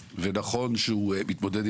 זה שהכסף יחזור לאזרחים.